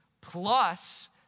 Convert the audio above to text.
plus